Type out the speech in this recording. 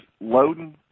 loading